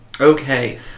Okay